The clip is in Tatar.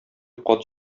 кат